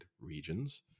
regions